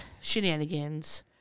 shenanigans